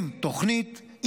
עם תוכנית,